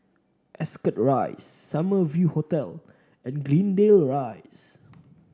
Ascot Rise Summer View Hotel and Greendale Rise